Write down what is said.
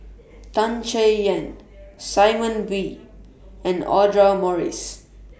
Tan Chay Yan Simon Wee and Audra Morrice